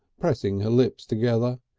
pressing her lips together.